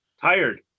tired